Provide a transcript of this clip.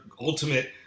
ultimate